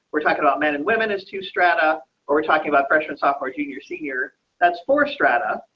we're talking about men and women is to strata or we're talking about freshman, sophomore, junior, senior that's for strata.